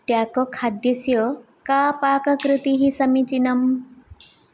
taco खाद्यस्य का पाककृतिः समीचीनम्